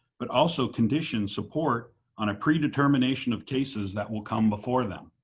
but also condition support on a pre determination of cases that will come before them.